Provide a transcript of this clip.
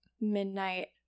midnight